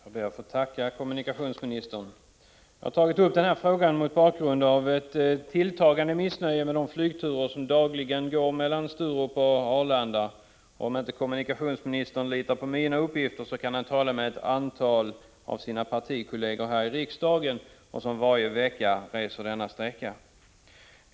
Herr talman! Jag ber att få tacka kommunikationsministern. Jag har aktualiserat den här frågan mot bakgrund av ett tilltagande missnöje med de flygturer som dagligen går mellan Sturup och Arlanda. Om kommunikationsministern inte litar på mina uppgifter på den punkten kan han tala med någon av de partikolleger här i riksdagen som varje vecka reser denna sträcka.